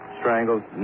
strangled